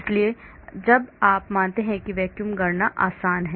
इसलिए जब आप मानते हैं कि वैक्यूम गणना आसान है